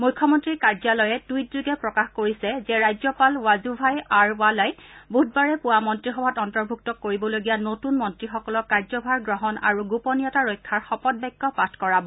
মুখ্যমন্ত্ৰীৰ কাৰ্য্যালয়ে টুইটযোগে প্ৰকাশ কৰিছে যে ৰাজ্যপাল ৱাজুভাই আৰ ৱালাই বুধবাৰে পুৱা মন্ত্ৰীসভাত অন্তৰ্ভুক্ত কৰিবলগীয়া নতুন মন্ত্ৰীসকলক কাৰ্য্যভাৰ গ্ৰহণ আৰু গোপনীয়তা ৰক্ষাৰ শপতবাক্য পাঠ কৰাব